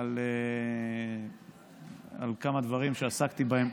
על כמה דברים שעסקתי בהם,